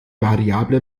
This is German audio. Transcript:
variable